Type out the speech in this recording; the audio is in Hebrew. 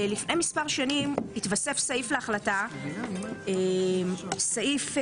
לפני מספר שנים התווסף סעיף להחלטה, סעיף 40ט(ד),